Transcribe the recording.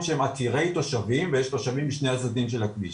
שהם עתירי תושבים ויש תושבים משני הצדדים של הכביש.